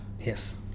Yes